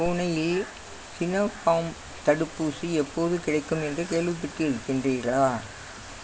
புனேயில் சினோஃபார்ம் தடுப்பூசி எப்போது கிடைக்கும் என்று கேள்விப்பட்டிருக்கின்றீர்களா